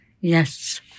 Yes